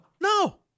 No